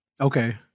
Okay